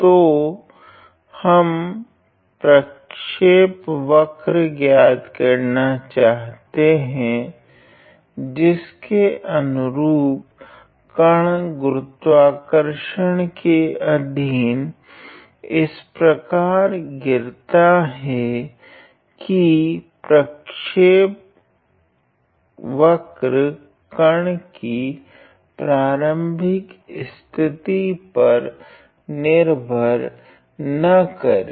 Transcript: तो हम प्रक्षेपवक्र ज्ञात करना चाहते हैं जिसके अनुरूप कण गुरुत्वाकर्षण के अधीन इस प्रकार गिरता है की प्रक्षेपवक्र कण की प्राथमिक स्थिति पर निर्भर न करे